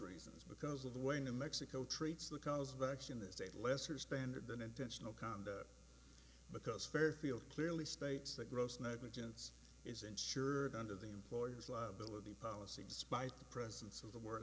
reasons because of the way new mexico treats the cause of action it's a lesser standard than intentional conduct because fairfield clearly states that gross negligence is insured under the employer's liability policy despite the presence of the word